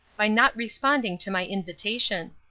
by not responding to my invitation.